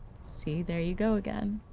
see, there you go again.